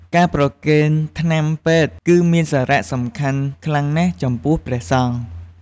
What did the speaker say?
ការប្រគេនថ្នាំពេទ្យ គឺមានសារៈសំខាន់ខ្លាំងណាស់ចំពោះព្រះសង្ឃ។